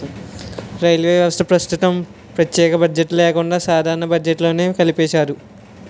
railway వ్యవస్థకు ప్రస్తుతం ప్రత్యేక బడ్జెట్ లేకుండా సాధారణ బడ్జెట్లోనే కలిపేశారు